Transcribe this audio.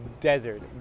desert